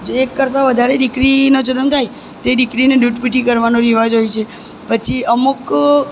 જો એક કરતાં વધારે દીકરીનો જનમ થાય તો એ દીકરીને દૂધ પીતી કરવાનો રિવાજ હોય છે પછી અમુક